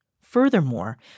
Furthermore